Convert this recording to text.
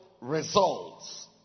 results